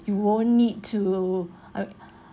you won't need to err